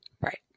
Right